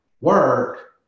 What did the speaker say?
work